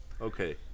Okay